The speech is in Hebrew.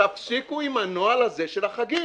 תפסיקו עם הנוהל הזה של החגים.